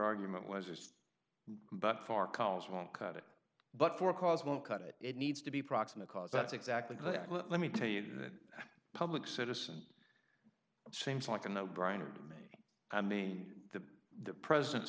argument was just but far calls won't cut it but for a cause won't cut it it needs to be proximate cause that's exactly what let me tell you that public citizen seems like a no brainer to me i mean the the president